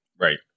right